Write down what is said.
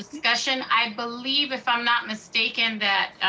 discussion. i believe, if i'm not mistaken, that